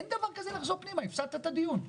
אין דבר כזה לחזור פנימה הפסדת את הדיון.